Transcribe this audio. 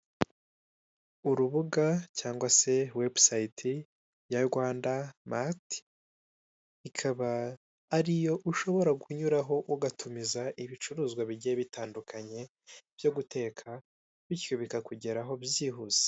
Urubuga cyangwa se webusayiti ya Rwanda mati, ikaba ariyo ushobora kunyuraho ugatumiza ibicuruzwa bigiye bitandukanye byo guteka, bityo bikakugeraho byihuse.